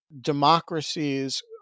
democracies